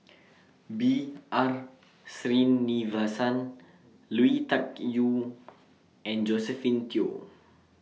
B R Sreenivasan Lui Tuck Yew and Josephine Teo